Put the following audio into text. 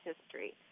history